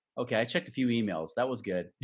okay, i checked a few emails. that was good.